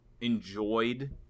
enjoyed